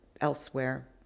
elsewhere